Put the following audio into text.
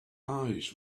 eyes